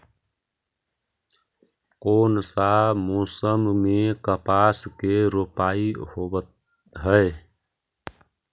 कोन सा मोसम मे कपास के रोपाई होबहय?